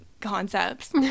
concepts